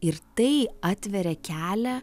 ir tai atveria kelią